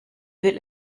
will